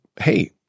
hey